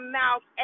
mouth